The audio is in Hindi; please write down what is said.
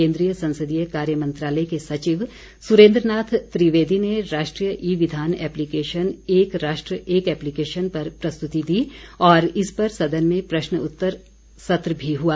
केन्द्रीय संसदीय कार्य मंत्रालय के सचिव सुरेन्द्र नाथ त्रिवेदी ने राष्ट्रीय ई विधान एप्लीकेशन एक राष्ट्र एक एप्लीकेशन पर प्रस्तुती दी और इस पर सदन में प्रश्न उत्तर सत्र भी हुआ